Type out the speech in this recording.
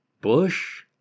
Bush